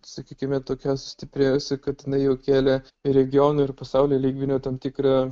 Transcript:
sakykime tokia sustiprėjusi kad jinai jau kėlė regionų ir pasaulio lygmeniu tam tikrą